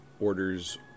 orders